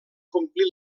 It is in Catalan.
complir